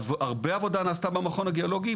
הרבה עבודה נעשתה במכון הגיאולוגי.